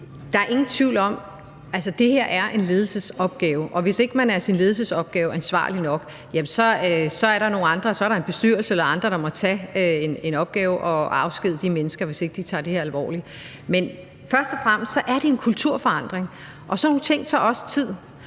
Der er ingen tvivl om, at det her altså er en ledelsesopgave, og hvis ikke man tager sin ledelsesopgave og sit ansvar alvorligt nok, er der nogle andre, en bestyrelse eller andre, der må tage den opgave at afskedige de mennesker, hvis ikke de tager det her alvorligt. Men først og fremmest er det en kulturforandring, og sådan nogle ting tager også tid,